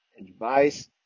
advice